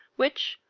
which,